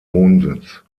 wohnsitz